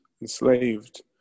enslaved